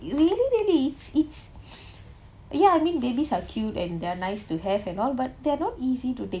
really really it's ya I mean babies are cute and they're nice to have and all but they are not easy to take